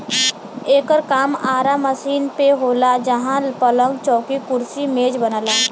एकर काम आरा मशीन पे होला जहां पलंग, चौकी, कुर्सी मेज बनला